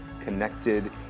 connected